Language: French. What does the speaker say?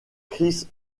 chris